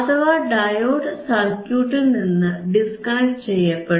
അഥവാ ഡയോഡ് സർക്യൂട്ടിൽനിന്ന് ഡിസ്കണക്ട് ചെയ്യപ്പെടും